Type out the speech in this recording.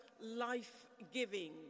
life-giving